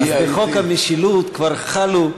אז בחוק המשילות כבר חלו,